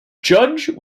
judge